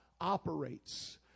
operates